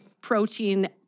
protein